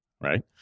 right